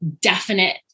definite